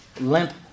limp